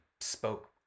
spoke